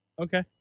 Okay